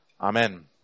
Amen